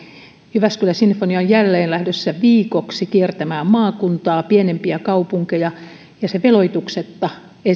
jyväskylä sinfonia on jälleen lähdössä viikoksi kiertämään maakuntaa pienempiä kaupunkeja ja se veloituksetta